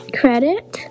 credit